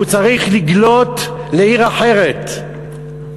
והוא צריך לגלות לעיר אחרת,